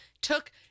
took